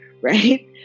right